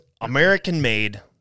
American-made